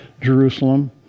Jerusalem